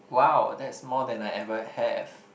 wow that's more than I ever have